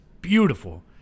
beautiful